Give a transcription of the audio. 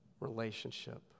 relationship